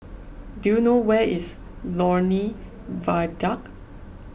do you know where is Lornie Viaduct